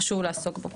חשוב לעסוק בו.